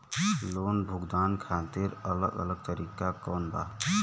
Loan भुगतान खातिर अलग अलग तरीका कौन बा?